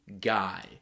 guy